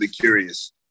curious